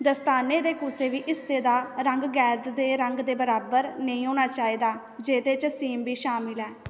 दस्ताने दे कुसै बी हिस्से दा रंग गैद दे रंग दे बराबर नेईं होना चाहिदा जेह्दे च सीम बी शामल ऐ